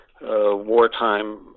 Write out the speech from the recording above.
wartime